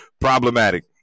Problematic